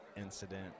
incident